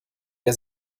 der